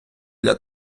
для